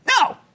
No